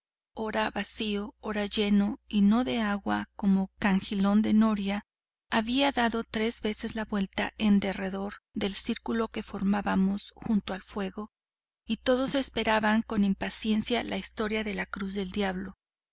ora vacío ora lleno y no de agua como cangilón de noria había dado tres veces la vuelta en derredor del circulo que formábamos junto al fuego y todos esperaban con impaciencia la historia de la cruz del diablo